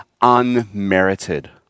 unmerited